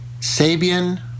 Sabian